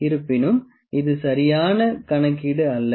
இருப்பினும் இது சரியான கணக்கீடு அல்ல